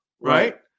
Right